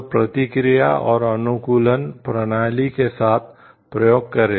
तो प्रतिक्रिया और अनुकूलन प्रणाली के साथ प्रयोग करें